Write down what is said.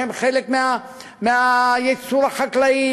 שהם חלק מהייצור החקלאי,